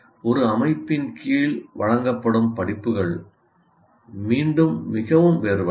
ஒரு அமைப்பின் கீழ் வழங்கப்படும் படிப்புகள் மீண்டும் மிகவும் வேறுபட்டவை